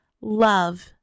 love